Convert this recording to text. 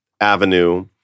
avenue